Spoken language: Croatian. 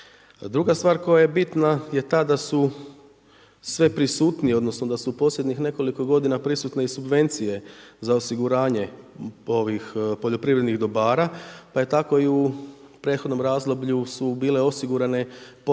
Druga stvar koja je bitna je ta da su sve prisutniji, odnosno da su u posljednjih nekoliko godina prisutne i subvencije za osiguranje poljoprivrednih dobara pa je tako u prethodnom razdoblju su bile osigurane potpore